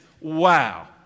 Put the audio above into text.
Wow